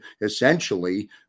essentially